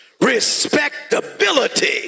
respectability